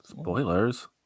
Spoilers